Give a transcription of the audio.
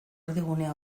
erdigunea